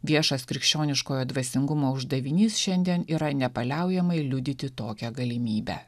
viešas krikščioniškojo dvasingumo uždavinys šiandien yra nepaliaujamai liudyti tokią galimybę